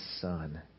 Son